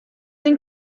این